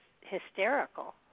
hysterical